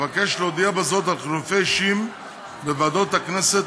אבקש להודיע בזאת על חילופי אישים בוועדות הכנסת,